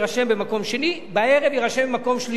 ומי משיב,